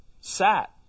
sat